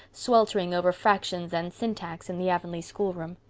sweltering over fractions and syntax in the avonlea schoolroom.